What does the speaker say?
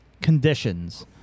conditions